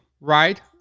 right